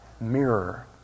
mirror